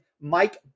Mike